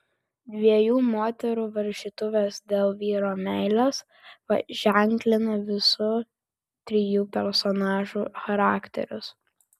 dviejų moterų varžytuvės dėl vyro meilės paženklina visų trijų personažų charakterius